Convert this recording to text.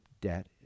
debt